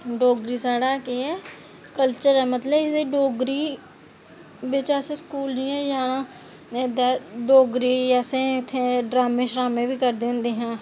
डोगरी साढ़ा केह् ऐ कल्चर मतलब कि ते डोगरी बिच असें स्कूल जियां जाना ते डोगरी असें ड्रामें बी करदे होंदे हे